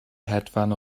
hedfan